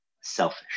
selfish